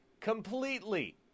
completely